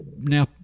now